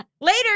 Later